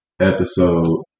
episode